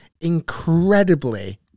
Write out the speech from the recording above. incredibly